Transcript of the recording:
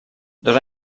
dos